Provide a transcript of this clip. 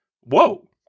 Whoa